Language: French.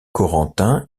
corentin